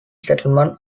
settlement